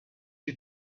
you